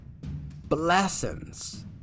Blessings